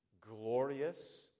glorious